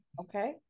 Okay